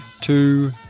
two